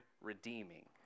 redeeming